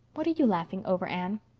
what are you laughing over, anne?